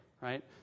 right